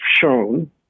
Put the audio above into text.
shown